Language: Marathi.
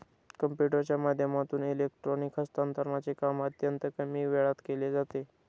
कम्प्युटरच्या माध्यमातून इलेक्ट्रॉनिक हस्तांतरणचे काम अत्यंत कमी वेळात केले जाते